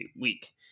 week